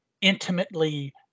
intimately